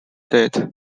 date